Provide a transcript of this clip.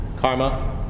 karma